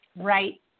right